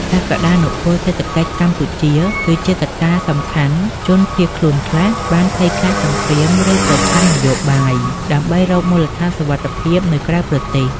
សក្តានុពលសេដ្ឋកិច្ចកម្ពុជាគឺជាកត្តាសំខាន់ជនភៀសខ្លួនខ្លះបានភ័យខ្លាចសង្គ្រាម ឬប្រឆាំងនយោបាយ ដើម្បីរកមូលដ្ឋានសុវត្ថិភាពនៅក្រៅប្រទេស។